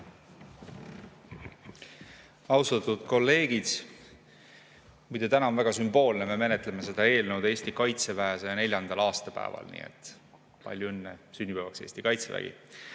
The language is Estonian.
Austatud kolleegid! Muide, on väga sümboolne, et me menetleme seda eelnõu Eesti Kaitseväe 104. aastapäeval. Nii et palju õnne sünnipäevaks, Eesti Kaitsevägi!